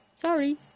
sorry